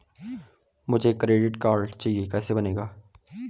मुझे credit card चाहिए कैसे बनेगा?